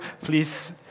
please